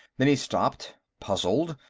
then he stopped, puzzled,